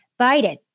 Biden